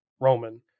Roman